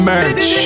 Merch